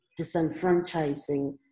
disenfranchising